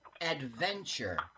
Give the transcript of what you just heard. Adventure